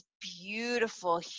beautiful